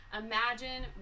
imagine